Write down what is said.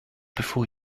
before